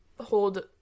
hold